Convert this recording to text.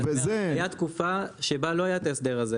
הייתה תקופה שבה לא היה את ההסדר הזה